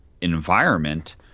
environment